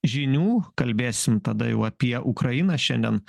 žinių kalbėsim tada jau apie ukrainą šiandien